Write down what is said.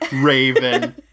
raven